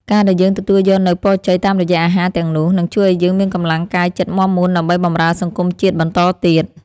ការដែលយើងទទួលយកនូវពរជ័យតាមរយៈអាហារទាំងនោះ នឹងជួយឱ្យយើងមានកម្លាំងកាយចិត្តមាំមួនដើម្បីបម្រើសង្គមជាតិបន្តទៀត។